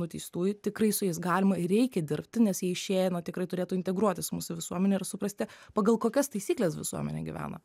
nuteistųjų tikrai su jais galima ir reikia dirbti nes jie išėję na tikrai turėtų integruotis mūsų visuomenė ir suprasti pagal kokias taisykles visuomenė gyvena